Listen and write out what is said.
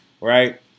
right